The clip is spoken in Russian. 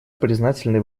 признательны